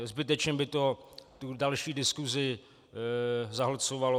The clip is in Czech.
Zbytečně by to další diskusi zahlcovalo.